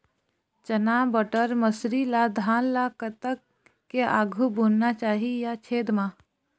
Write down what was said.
चना बटर मसरी ला धान ला कतक के आघु बुनना चाही या छेद मां?